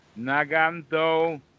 Naganto